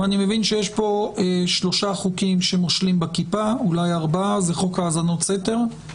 אני מבין שיש פה ארבעה חוקים שמושלים בכיפה: חוק האזנות סתר,